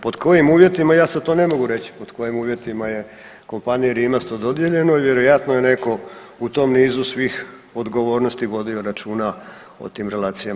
Pod kojim uvjetima ja sad to ne mogu reći pod kojim uvjetima je kompaniji Rimac to dodijeljeno i vjerojatno je netko u tom niz svih odgovornosti vodio računa o tim relacijama.